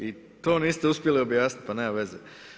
I to niste uspjeli objasniti, pa nema veze.